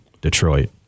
Detroit